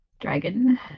dragon